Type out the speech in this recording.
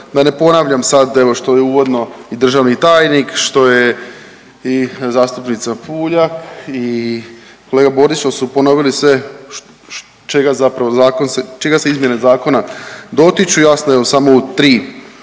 da ne ponavljam sad evo što je uvodno i državni tajni, što je i zastupnica Puljak i kolega Borić što su ponovili sve čega se izmjene zakona dotiču jasno evo samo u tri